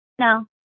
No